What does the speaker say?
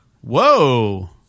Whoa